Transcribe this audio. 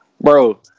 Bro